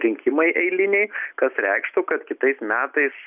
rinkimai eiliniai kas reikštų kad kitais metais